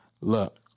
Look